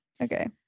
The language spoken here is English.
Okay